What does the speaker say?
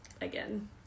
again